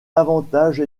avantage